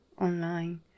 online